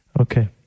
Okay